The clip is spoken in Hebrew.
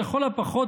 לכל הפחות,